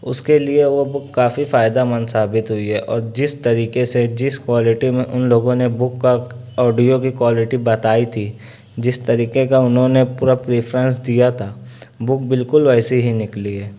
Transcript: اس کے لیے وہ بک کافی فائدہ مند ثابت ہوئی ہے اور جس طریقے سے جس کوالٹی میں ان لوگوں نے بک کا آڈیو کی کوالٹی بتائی تھی جس طریقے کا انہوں نے پورا پریفرینس دیا تھا بک بالکل ویسی ہی نکلی ہے